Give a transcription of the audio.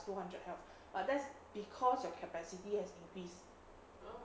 two hundred health but that's because your capacity has increased